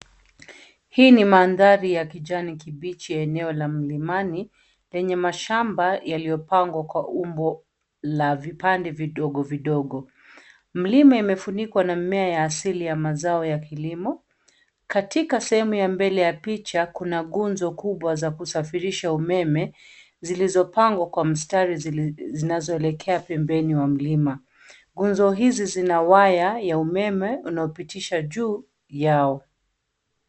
Hii ni mandhari ya kijani kibichi eneo la mlimani yenye mashamba yalipangwa kwa umbo la vipande vidogo vidogo. Mlima imefunikwa na mimea ya asili ya mazao ya kilimo. Katika sehemu ya mbele ya picha kuna nguzo kubwa za kusafirisha umeme zilizopangwa kwa mstari zinazoelekea pembeni mwa mlima. Nguzo hizi zina waya ya umeme unaopitishwa juu yao.